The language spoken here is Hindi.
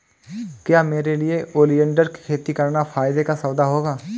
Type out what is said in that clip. क्या मेरे लिए ओलियंडर की खेती करना फायदे का सौदा होगा?